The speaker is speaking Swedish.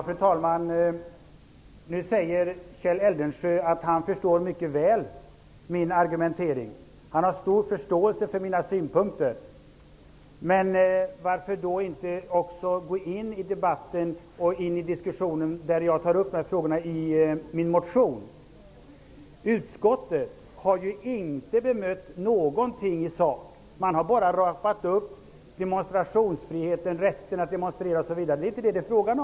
Fru talman! Nu säger Kjell Eldensjö att han mycket väl förstår min argumentering och att han har stor förståelse för mina synpunkter. Varför går han då inte in i debatten om de frågor jag tar upp i min motion. Utskottet har inte kommit med något bemötande i sak. Man har bara rapat upp demonstrationsfriheten, rätten att demonstrera m.m. Det är inte detta det är fråga om.